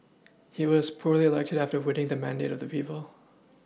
he was popularly elected after winning the mandate of the people